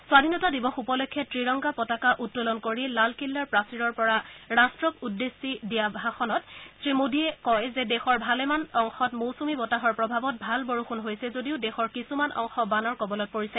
স্বধীনতা দিৱস উপলক্ষে ত্ৰিৰংগা পতাকা উত্তোলন কৰি লালকিল্লা প্ৰাচীৰৰ পৰা ৰাট্টক উদ্দেশ্যি ভাষণ দি শ্ৰীমোডীয়ে কয় যে দেশৰ ভালেমান অংশত মৌচূমী বতাহৰ প্ৰভাৱত ভাল বৰষূণ হৈছে যদিও দেশৰ কিছুমান অংশ বানৰ কবলত পৰিছে